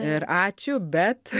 ir ačiū bet